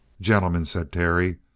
gentlemen, said terry,